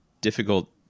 Difficult